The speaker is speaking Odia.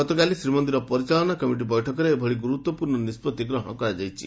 ଗତକାଲି ଶ୍ରୀମନ୍ଦିର ପରିଚାଳନା କମିଟି ବୈଠକରେ ଏପରି ଗୁରୁତ୍ୱପ୍ରର୍ଶ୍ଚ ନିଷ୍ବତ୍ତି ଗ୍ରହଣ କରାଯାଇଛି